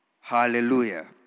Hallelujah